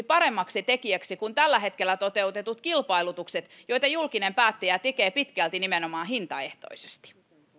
paremmaksi tekijäksi kuin tällä hetkellä toteutetut kilpailutukset joita julkinen päättäjä tekee pitkälti nimenomaan hintaehtoisesti